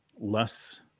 less